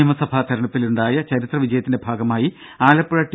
നിയമസഭാ തെരഞ്ഞെടുപ്പിലുണ്ടായ ചരിത്ര വിജയത്തിന്റെ ഭാഗമായി ആലപ്പുഴ ടി